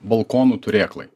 balkonų turėklai